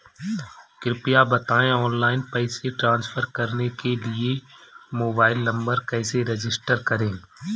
कृपया बताएं ऑनलाइन पैसे ट्रांसफर करने के लिए मोबाइल नंबर कैसे रजिस्टर करें?